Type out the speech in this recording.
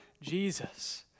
Jesus